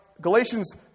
Galatians